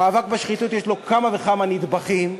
המאבק בשחיתות, יש לו כמה וכמה נדבכים.